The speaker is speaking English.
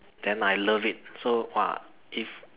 then I love it so !wah! if